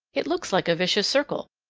it looks like a vicious circle,